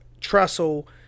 Trestle